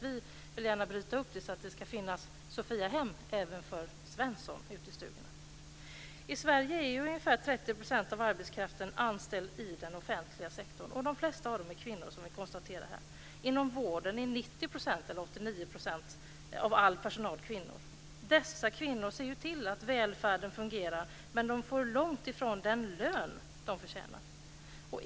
Vi vill gärna bryta upp detta så att det ska finnas "Sophiahem" även för I Sverige är ungefär 30 % av arbetskraften anställd i den offentliga sektorn, och de flesta av dessa är kvinnor, som vi konstaterar här. Inom vården är 89 % av all personal kvinnor. Dessa kvinnor ser till att välfärden fungerar, men de får långtifrån den lön de förtjänar.